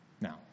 Now